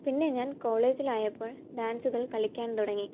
പിന്നെ ഞാൻ കോളേജിലായപ്പോൾ ഡാൻസുകൾ കളിക്കാൻ തുടങ്ങി